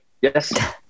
Yes